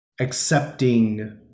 accepting